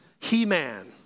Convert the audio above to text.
He-Man